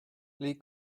les